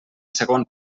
segon